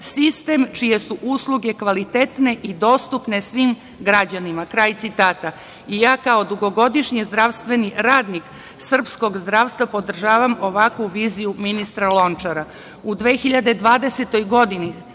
sistem čije su usluge kvalitetne i dostupne svim građanima“. Kraj citata. Ja kao dugogodišnji zdravstveni radnik srpskog zdravstva podržavam ovakvu viziju ministra Lončara.U 2020. godini